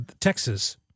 Texas